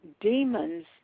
demons